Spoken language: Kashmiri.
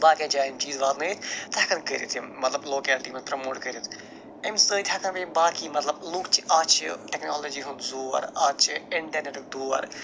باقِیَن جاین یِم چیٖز واتنٲیِتھ تہٕ ہٮ۪کن کٔرِتھ یِم مطلب لوکیلٹی منٛز پرٛموٹ کٔرِتھ اَمہِ سۭتۍ ہٮ۪کن بیٚیہِ یِم باقی مطلب لُکھ چھِ آز چھِ ٹٮ۪کنالجی ہُنٛد زور آز چھِ اِنٛٹرنٮ۪ٹُک دور